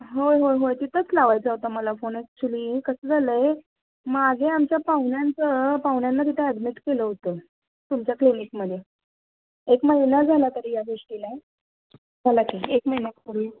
होय होय होय तिथंच लावायचा होता मला फोन ॲक्च्युली कसं झालं आहे मागे आमच्या पाहुण्यांचं पाहुण्यांना तिथे ॲडमिट केलं होतं तुमच्या क्लिनिकमध्ये एक महिना झाला तरी या गोष्टीला झाला की एक महिना तरी